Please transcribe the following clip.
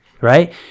right